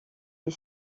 les